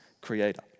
creator